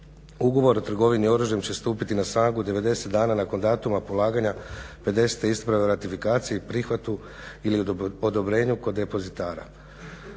Ugovor o trgovini oružjem će stupiti na snagu 90 dana nakon datuma polaganja 50-te ispravne ratifikacije i prihvatu ili odobrenju kod depozitara.